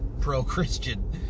pro-Christian